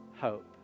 hope